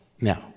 now